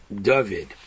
David